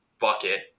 bucket